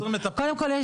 קודם כל,